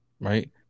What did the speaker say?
right